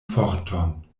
forton